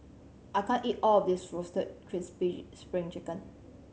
I can't eat all of this Roasted Crispy Spring Chicken